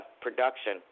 production